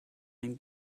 den